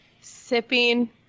sipping